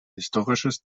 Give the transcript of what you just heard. historisches